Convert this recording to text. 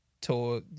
tour